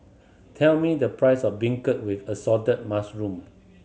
tell me the price of beancurd with assorted mushroom